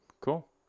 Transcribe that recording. cool